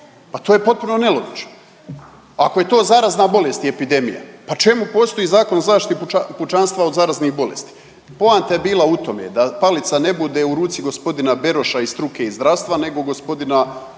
Pa to je potpuno nelogično. Ako je to zarazna bolest i epidemija, pa čemu postoji Zakon o zaštiti pučanstva od zaraznih bolesti? Poanta je bila u tome da palica ne bude u ruci g. Beroša i struke iz zdravstva, nego g. Božinovića.